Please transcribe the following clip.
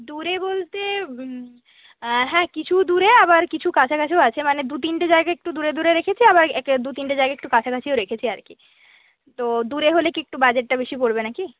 দূরে বলতে হ্যাঁ কিছু দূরে আবার কিছু কাছাকাছিও আছে মানে দুতিনটে জায়গা একটু দূরে দূরে রেখেছি আবার দুতিনটে জায়গা একটু কাছাকাছিও রেখেছি আর কি তো দূরে হলে কি একটু বাজেটটা বেশি পড়বে না কি